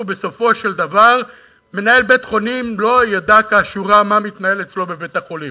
ובסופו של דבר מנהל בית-חולים לא ידע לאשורו מה מתנהל אצלו בבית-החולים.